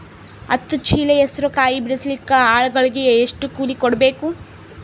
ಹತ್ತು ಚೀಲ ಹೆಸರು ಕಾಯಿ ಬಿಡಸಲಿಕ ಆಳಗಳಿಗೆ ಎಷ್ಟು ಕೂಲಿ ಕೊಡಬೇಕು?